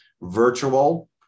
virtual